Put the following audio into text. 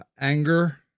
anger